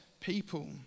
people